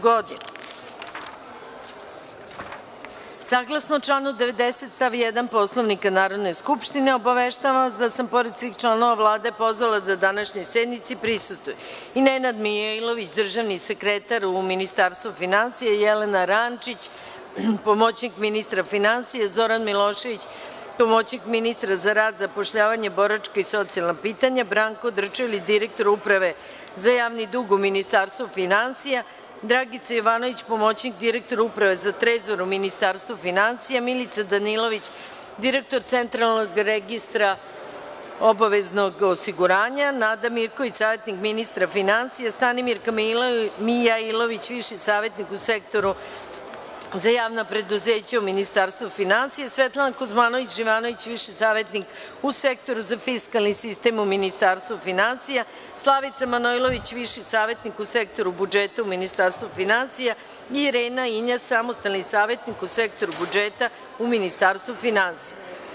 GODINU Saglasno članu 90. stav 1. Poslovnika Narodne skupštine, obaveštavam vas da sam, pored svih članova Vlade, pozvala da današnjoj sednici prisustvuju i Nenad Mijailović, državni sekretar u Ministarstvu finansija, Jelena Rančić, pomoćnik ministra finansija, Zoran Milošević, pomoćnik ministra za rad, zapošljavanje, boračka i socijalna pitanja, Branko Drčelić, direktor Uprave za javni dug u Ministarstvu finansija, Dragica Jovanović, pomoćnik direktora Uprave za trezor u Ministarstvu finansija, Milica Danilović, direktor Centralnog registra obaveznog socijalnog osiguranja, Nada Mirković, savetnik ministra finansija, Stanimirka Mijailović, viši savetnik u Sektoru za javna preduzeća u Ministarstvu finansija, Svetlana Kuzmanović Živanović, Viši savetnik u Sektoru za fiskalni sistem u Ministarstvu finansija, Slavica Manojlović, viši savetnik u Sektoru budžeta u Ministarstvu finansija i Irena Injac, samostalni savetnik u Sektoru budžeta u Ministarstvu finansija.